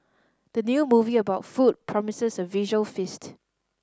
the new movie about food promises a visual feast